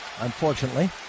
Unfortunately